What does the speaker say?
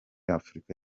afrika